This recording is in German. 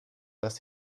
das